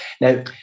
Now